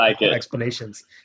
explanations